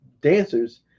dancers